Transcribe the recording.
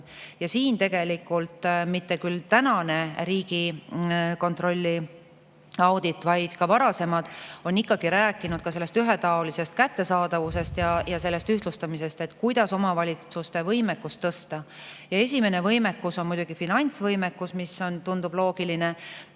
oluliselt suurem. Mitte küll [viimane] Riigikontrolli audit, aga varasemad on ikkagi rääkinud ka sellest ühetaolisest kättesaadavusest ja ühtlustamisest, kuidas omavalitsuste võimekust tõsta. Esimene võimekus on muidugi finantsvõimekus – see tundub loogiline.